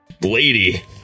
lady